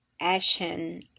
Ashen